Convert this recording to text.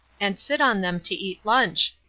and sit on them to eat lunch.